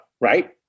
right